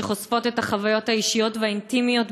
שחושפות את החוויות האישיות והאינטימיות